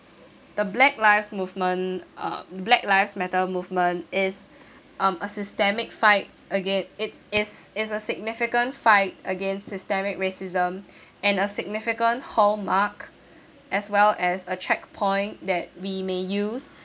the black lives movement uh black lives matter movement is um a systemic fight again~ it's it's it's a significant fight against systemic racism and a significant hallmark as well as a checkpoint that we may use